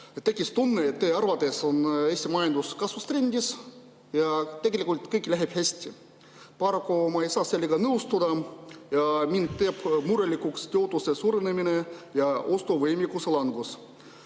mul tunne, et teie arvates on Eesti majandus kasvutrendis ja tegelikult läheb kõik hästi. Paraku ma ei saa sellega nõustuda. Mind teeb murelikuks töötuse suurenemine ja ostuvõimekuse langus.